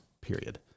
Period